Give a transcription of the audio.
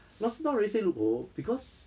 not not really say loophole because